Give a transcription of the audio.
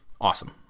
Awesome